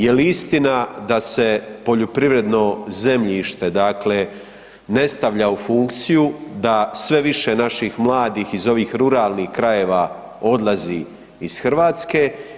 Jel istina da se poljoprivredno zemljište dakle ne stavlja u funkciju, da sve više naših mladih iz ovih ruralnih krajeva odlazi iz Hrvatske?